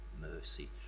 mercy